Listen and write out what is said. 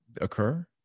occur